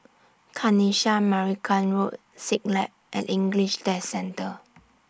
Kanisha Marican Road Siglap and English Test Centre